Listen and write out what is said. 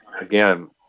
again